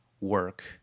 work